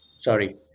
Sorry